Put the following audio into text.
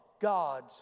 God's